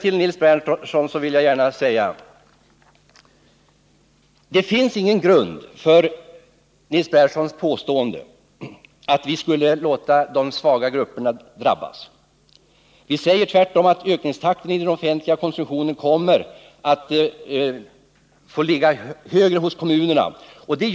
Till Nils Berndtson vill jag säga att det inte finns någon grund för hans påstående att vi skulle låta de svaga grupperna drabbas. Vi säger tvärtom att ökningstakten i den offentliga konsumtionen kommer att vara högre på den kommunala sidan.